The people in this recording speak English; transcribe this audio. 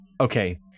Okay